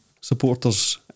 supporters